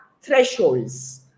thresholds